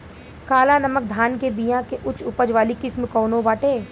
काला नमक धान के बिया के उच्च उपज वाली किस्म कौनो बाटे?